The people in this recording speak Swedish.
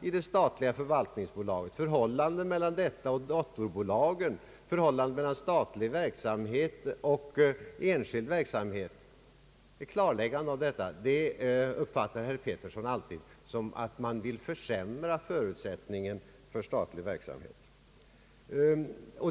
det statliga förvaltningsbolagets verksamhet samt ett klarläggande av förhållandet mellan förvaltningsbolaget och dotterbolagen och förhållandet mellan statlig verksamhet och enskild verksamhet uppfattar herr Bertil Petersson som att man vill försämra förutsättningarna för statlig verksamhet.